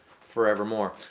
forevermore